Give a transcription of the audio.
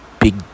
big